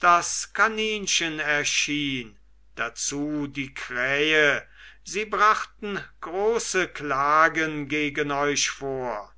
das kaninchen erschien dazu die krähe sie brachten große klagen gegen euch vor